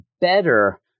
better